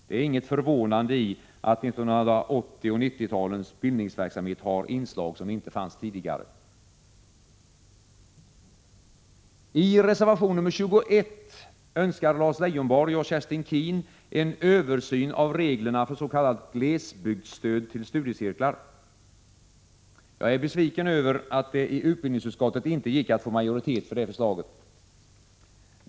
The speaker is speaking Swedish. Det är inget förvånande i att 1980 och 1990-talens bildningsverksamhet har inslag som inte fanns tidigare. I reservation nr 21 önskar Lars Leijonborg och Kerstin Keen en översyn av reglerna för s.k. glesbygdsstöd till studiecirklar. Jag är besviken över att det i utbildningsutskottet inte gick att få majoritet för det förslaget.